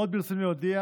עוד ברצוני להודיע